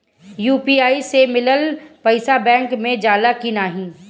UPI से मिलल पईसा बैंक मे जाला की नाहीं?